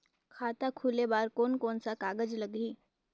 खाता खुले बार कोन कोन सा कागज़ लगही?